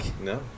No